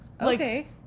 Okay